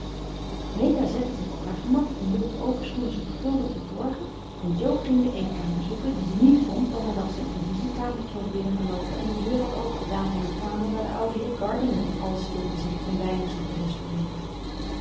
meta zette zich op haar gemak en hield de overschoenen zorgvuldig verborgen en jo ging de eetkamer zoeken die ze niet vond dan nadat ze een provisiekamertje was binnengeloopen en de deur had opengedaan van een kamer waar de oude heer gardiner in alle stilte zich een weinig zat te restaureeren